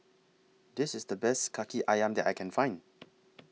This IS The Best Kaki Ayam that I Can Find